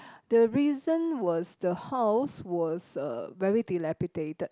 the reason was the house was uh very dilapidated